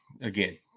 again